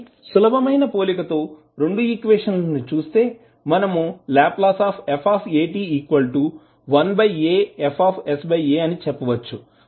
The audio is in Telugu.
కాబట్టి సులభమైన పోలిక తో రెండు ఈక్వేషన్ లు చూస్తే మనము Lf 1aFsa అని చెప్పవచ్చు